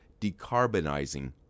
decarbonizing